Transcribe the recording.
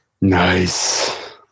Nice